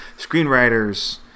screenwriters